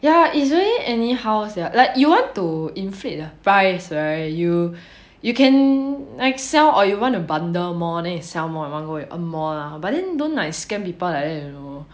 ya easily any how sia like you want to inflate the price right you can like sell or you want to bundle more then it sell more at one go then you earn more lah but then don't scam people like that you know